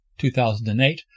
2008